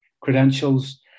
credentials